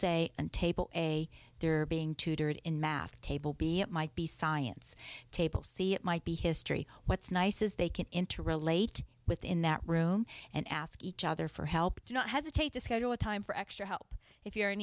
say and table a derby tutored in math table be it might be science table c it might be history what's nice is they can interrelate within that room and ask each other for help do not hesitate to schedule a time for extra help if you're in